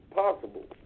possible